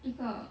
一个